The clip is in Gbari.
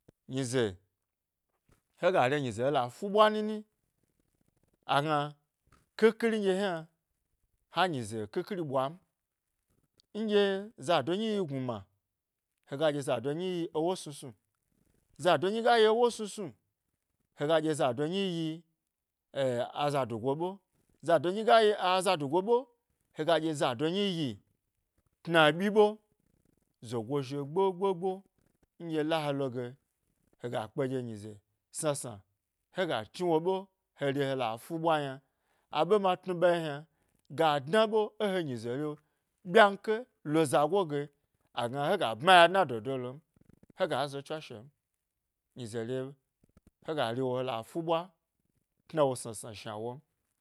Nyize, hega te nyize hela fuɓwa nini agna ƙhi khiri nɗye yna, a nyize khi khiri ɓwan, nɗye zado nyi gnuma hega ɗye za do nyi yi ewo snu snu, hega ɗye zado nyi yi eh aza dugo ɓe, zado nyi ga yi azadugo ɓe, zado nyi gayi azadugo ɓe, hega ɗye za do nyi yi tna eɓyi ɓe, zogo zhio gbo gbo gbo nɗye la he loge hega kpe ɗye nyize sna sna hega chni wo ɓe here hala fu ɓwan m yna aɓe ma tnu ɓa ye yna ga dna ɓe e he nyi ze re bmyanƙe lo zago ge agna ɗye hega bma ya dna lom hega ze tswashe m, nyize re, hega rewo hela fu ɓwa tnawo sna sna shna wom.